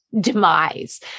demise